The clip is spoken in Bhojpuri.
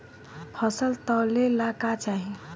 फसल तौले ला का चाही?